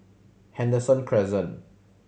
Henderson Crescent